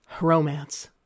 romance